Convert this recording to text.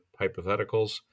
hypotheticals